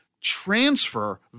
transfer